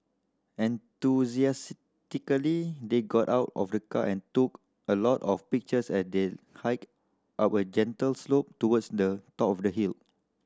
enthusiastically they got out of the car and took a lot of pictures as they hiked up a gentle slope towards the top of the hill